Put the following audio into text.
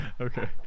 okay